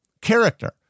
character